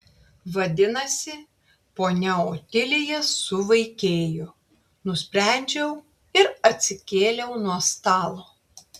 vadinasi ponia otilija suvaikėjo nusprendžiau ir atsikėliau nuo stalo